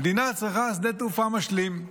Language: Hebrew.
המדינה צריכה שדה תעופה משלים,